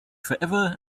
forever